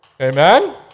Amen